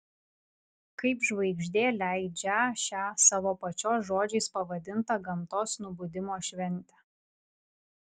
kaip žvaigždė leidžią šią savo pačios žodžiais pavadintą gamtos nubudimo šventę